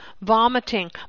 vomiting